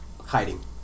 Hiding